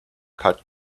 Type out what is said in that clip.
cut